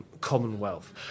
Commonwealth